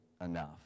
enough